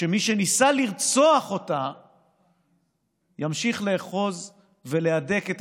שמי שניסה לרצוח אותה ימשיך לאחוז ולהדק את